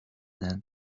dent